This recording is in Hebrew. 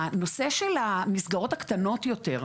הנושא של המסגרות הקטנות יותר,